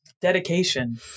dedication